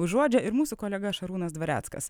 užuodžia ir mūsų kolega šarūnas dvareckas